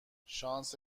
شانس